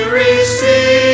receive